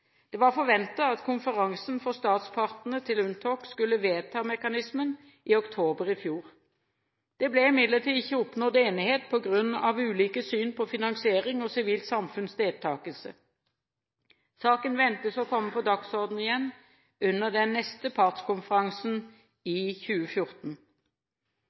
Det var forventet at konferansen for statspartene til UNTOC skulle vedta mekanismen i oktober i fjor. Det ble imidlertid ikke oppnådd enighet på grunn av ulike syn på finansiering og sivilt samfunns deltakelse. Saken ventes å komme på dagsordenen igjen under den neste partskonferansen i 2014.